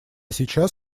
сейчас